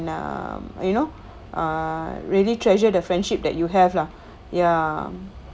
um you know ah really treasure the friendship that you have lah ya